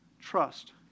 trust